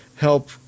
help